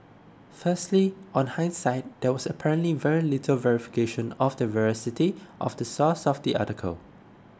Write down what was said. firstly on hindsight there was apparently very little verification of the veracity of the source of the sir article